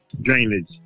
drainage